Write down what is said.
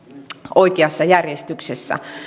oikeassa järjestyksessä